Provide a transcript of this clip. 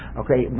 okay